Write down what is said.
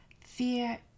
Fear